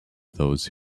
those